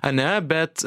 ane bet